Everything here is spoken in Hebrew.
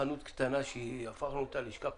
חנות קטנה שהפכנו אותה ללשכה פרלמנטרית,